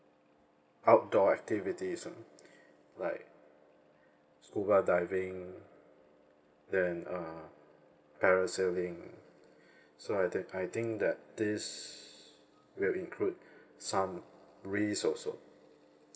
outdoor activities ah like scuba diving then uh parasailing so I that I think that this will include some risk also